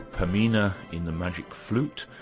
pamina in the magic flute